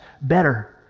better